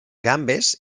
gambes